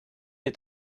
est